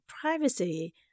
privacy